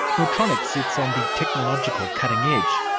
nautronix sits on the technological cutting-edge,